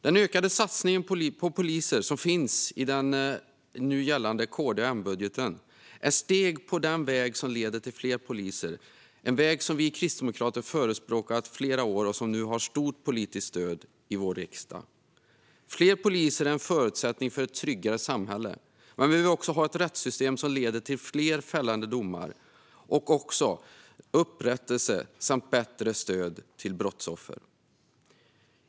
Den ökade satsning på poliser som finns i den nu gällande KD-M-budgeten är steg på den väg som leder till fler poliser, en väg som vi kristdemokrater förespråkat i flera år och som nu har ett stort politiskt stöd i vår riksdag. Fler poliser är en förutsättning för ett tryggare samhälle, men vi behöver också ha ett rättssystem som leder till fler fällande domar samt upprättelse och bättre stöd till brottsoffer.